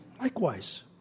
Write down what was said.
likewise